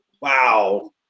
wow